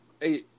hey